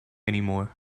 anymore